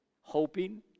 Hoping